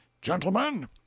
Gentlemen